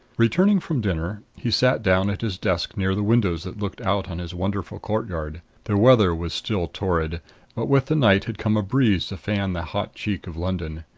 returning from dinner, he sat down at his desk near the windows that looked out on his wonderful courtyard. the weather was still torrid, but with the night had come a breeze to fan the hot cheek of london.